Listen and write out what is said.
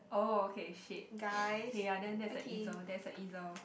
oh okay shit K ya then that's a easel there's a easel